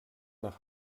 nach